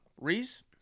Reese